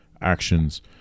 actions